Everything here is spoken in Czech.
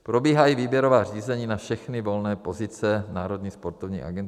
Probíhají výběrová řízení na všechny volné pozice Národní sportovní agentury.